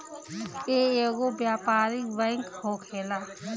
इ एगो व्यापारिक बैंक होखेला